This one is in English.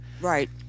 Right